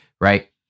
right